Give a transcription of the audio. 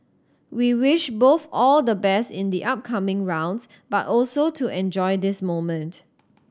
we wish both all the best in the upcoming rounds but also to enjoy this moment